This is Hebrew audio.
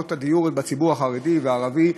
בצורות הדיור בציבור החרדי והערבי,